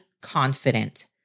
confident